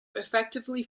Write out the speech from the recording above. effectively